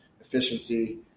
efficiency